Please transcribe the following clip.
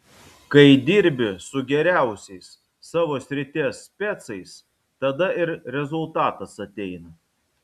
kai dirbi su geriausiais savo srities specais tada ir rezultatas ateina